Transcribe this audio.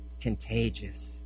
contagious